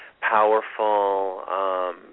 powerful